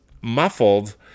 muffled